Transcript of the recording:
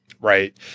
Right